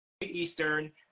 Eastern